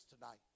tonight